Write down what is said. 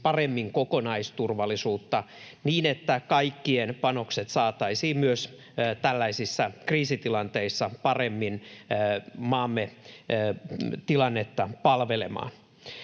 paremmin kokonaisturvallisuutta niin, että kaikkien panokset saataisiin myös tällaisissa kriisitilanteissa paremmin maamme tilannetta palvelemaan.